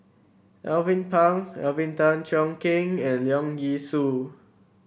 Alvin Pang Alvin Tan Cheong Kheng and Leong Yee Soo